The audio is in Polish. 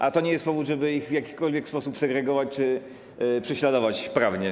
A to nie jest powód, żeby ich w jakikolwiek sposób segregować czy prześladować prawnie.